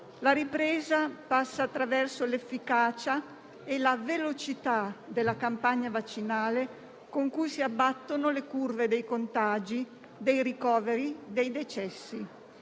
La ripresa passa attraverso l'efficacia e la velocità della campagna vaccinale con cui si abbattono le curve dei contagi, dei ricoveri, dei decessi.